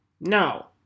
now